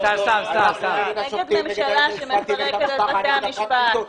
נגד ממשלה שמסרסת את בתי המשפט.